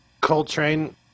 coltrane